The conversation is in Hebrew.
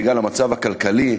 בגלל המצב הכלכלי,